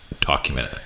document